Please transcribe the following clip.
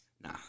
Nah